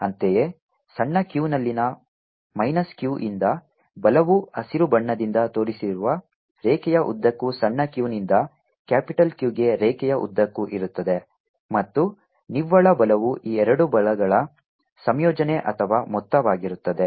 ಅಂತೆಯೇ ಸಣ್ಣ q ನಲ್ಲಿನ ಮೈನಸ್ Q ಯಿಂದ ಬಲವು ಹಸಿರು ಬಣ್ಣದಿಂದ ತೋರಿಸಿರುವ ರೇಖೆಯ ಉದ್ದಕ್ಕೂ ಸಣ್ಣ q ನಿಂದ ಕ್ಯಾಪಿಟಲ್ Q ಗೆ ರೇಖೆಯ ಉದ್ದಕ್ಕೂ ಇರುತ್ತದೆ ಮತ್ತು ನಿವ್ವಳ ಬಲವು ಈ ಎರಡು ಬಲಗಳ ಸಂಯೋಜನೆ ಅಥವಾ ಮೊತ್ತವಾಗಿರುತ್ತದೆ